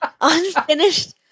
Unfinished